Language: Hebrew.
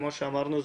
כמו שאמרנו,